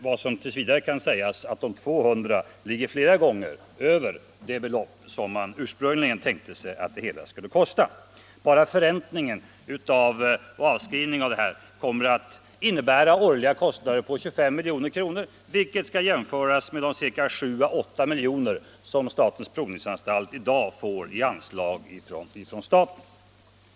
Vad som t. v. kan sägas är att de 200 miljonerna ligger flera gånger över det belopp som man ursprungligen tänkte sig att det hela skulle kosta. Bara förräntningen och avskrivningen av detta kommer att innebära årliga kostnader på 25 milj.kr., vilket skall jämföras med de 7 å 8 milj.kr. som statens provningsanstalt får i anslag från staten.